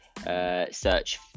Search